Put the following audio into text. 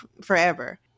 forever